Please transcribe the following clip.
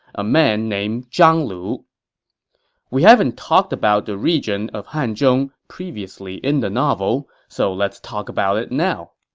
a man named zhang lu we haven't talked about the region of hanzhong previously in the novel, so let's talk about it now.